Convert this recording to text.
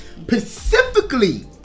Specifically